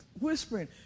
whispering